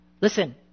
Listen